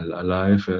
alive,